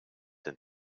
hun